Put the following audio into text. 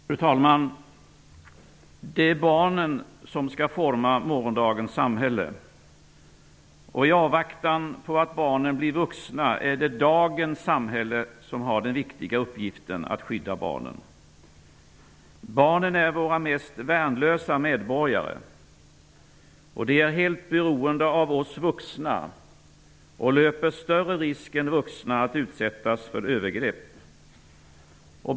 Fru talman! Det är barnen som skall forma morgondagens samhälle. I avvaktan på att barnen blir vuxna är det dagens samhälle som har den viktiga uppgiften att skydda barnen. Barnen är våra mest värnlösa medborgare. De är helt beroende av oss vuxna och löper större risk än vuxna att utsättas för övergrepp.